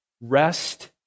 Rest